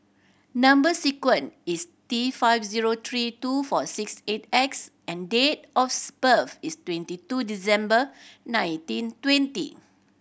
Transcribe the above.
number sequence is T five zero three two four six eight X and date of birth is twenty two December nineteen twenty